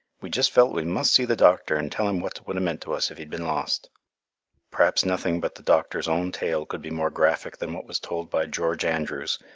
we just felt we must see the doctor and tell him what t would a meant to us, if he'd been lost perhaps nothing but the doctor's own tale could be more graphic than what was told by george andrews,